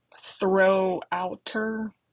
throw-outer